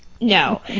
No